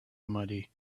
muddy